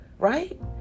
Right